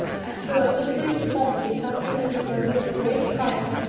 i saw a good way before me something that resembled a great fire,